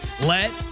let